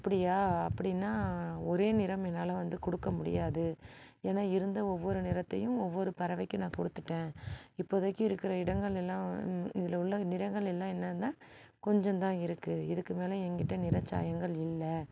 அப்படியா அப்படின்னா ஒரே நிறம் என்னால் வந்து கொடுக்க முடியாது ஏனால் இருந்த ஒவ்வொரு நிறத்தையும் ஒவ்வொரு பறவைக்கு நான் கொடுத்துட்டேன் இப்போதைக்கி இருக்கிற இடங்கள் எல்லாம் இதில் உள்ள நிறங்கள் எல்லாம் என்னென்னா கொஞ்சந்தான் இருக்குது இதுக்கு மேலே என்கிட்ட நிற சாயங்கள் இல்லை